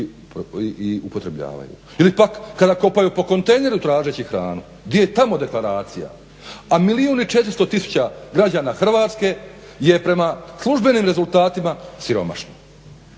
i upotrebljavaju. Ili pak kada kopaju po kontejneru tražeći hranu, di je tamo deklaracija, a milijun i 400 tisuća građana Hrvatske je prema službenim rezultatima siromašno.